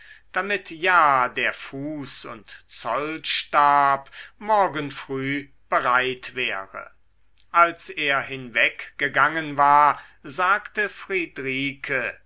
damit ja der fuß und zollstab morgen früh bereit wäre als er hinweggegangen war sagte friedrike